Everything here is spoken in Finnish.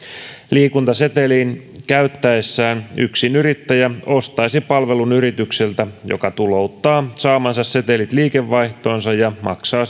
liikuntasetelin käyttäessään yksinyrittäjä ostaisi palvelun yritykseltä joka tulouttaa saamansa setelit liikevaihtoonsa ja maksaa